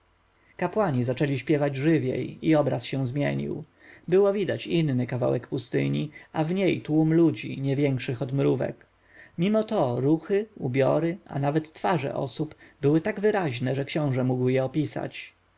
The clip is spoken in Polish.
kapłani zaczęli śpiewać żywiej i obraz się zmienił było widać inny kawałek pustyni a w niej tłum ludzi niewiększych od mrówek mimo to ruchy ubiory a nawet twarze osób były tak wyraźne że książę mógł je opisać